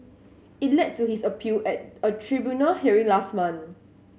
it led to his appeal at a tribunal hearing last month